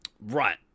Right